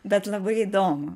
bet labai įdomu